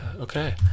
Okay